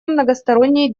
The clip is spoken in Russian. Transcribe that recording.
многосторонней